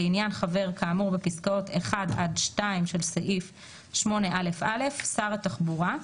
לעניין חבר כאמור בפסקאות (1) עד (2) של סעיף 8א(א) שר התחבורה,